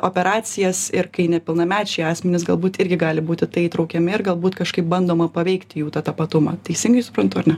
operacijas ir kai nepilnamečiai asmenys galbūt irgi gali būt į tai įtraukiami ir galbūt kažkaip bandoma paveikti jų tą tapatumą teisingai suprantu ar ne